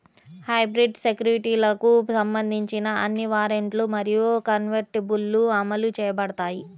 hybrid సెక్యూరిటీలకు సంబంధించిన అన్ని వారెంట్లు మరియు కన్వర్టిబుల్లు అమలు చేయబడతాయి